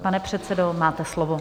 Pane předsedo, máte slovo.